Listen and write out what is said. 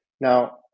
Now